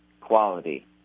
quality